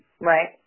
Right